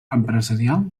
empresarial